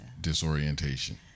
disorientation